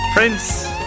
Prince